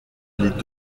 les